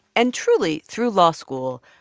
and truly, through law school,